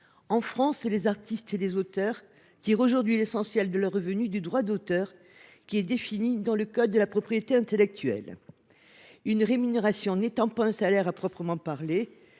En France, les artistes et les auteurs tirent l’essentiel de leurs revenus du droit d’auteur, qui est défini par le code de la propriété intellectuelle. Une rémunération n’étant pas un salaire à proprement parler,